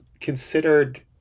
considered